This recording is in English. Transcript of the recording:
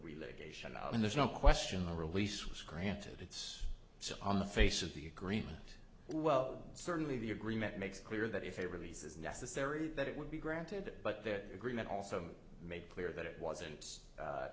relation of and there's no question the release was granted it's so on the face of the agreement well certainly the agreement makes clear that if a release is necessary that it would be granted but that agreement also made clear that it wasn't